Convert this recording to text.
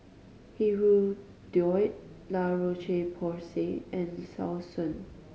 Hirudoid La Roche Porsay and Selsun